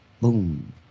Boom